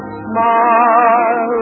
smile